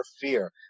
fear